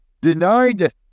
denied